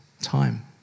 time